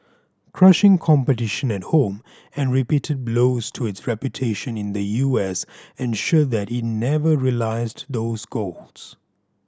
crushing competition at home and repeated blows to its reputation in the U S ensured that it never realised those goals